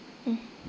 mm